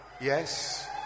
Yes